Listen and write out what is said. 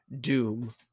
doom